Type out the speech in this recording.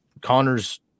Connor's